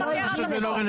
שלושתם אמרו שזה לא רלוונטי.